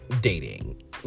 dating